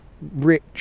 rich